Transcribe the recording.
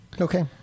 Okay